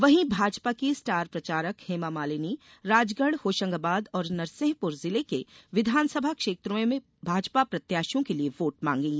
वहीं भाजपा की स्टार प्रचारक हेमामालीनी राजगढ़ होशंगाबाद और नरसिंहपुर जिले के विधानसभा क्षेत्रों में भाजपा प्रत्याशियों के लिये वोट मांगेगी